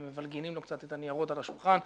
ומבלגנים לו קצת את הניירות על השולחן.